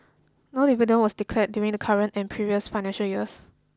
no dividends were declared during the current and previous financial years